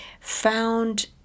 found